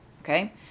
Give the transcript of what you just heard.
Okay